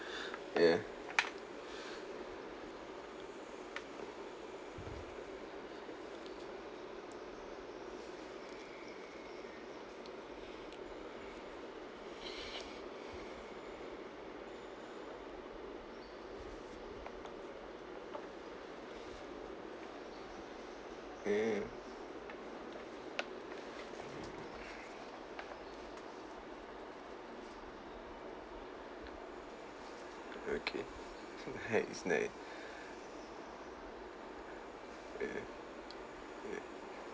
yeah yeah okay nice nice yeah yeah